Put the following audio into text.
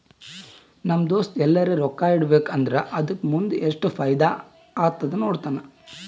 ನಮ್ ದೋಸ್ತ ಎಲ್ಲರೆ ರೊಕ್ಕಾ ಇಡಬೇಕ ಅಂದುರ್ ಅದುಕ್ಕ ಮುಂದ್ ಎಸ್ಟ್ ಫೈದಾ ಆತ್ತುದ ನೋಡ್ತಾನ್